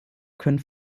können